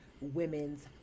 women's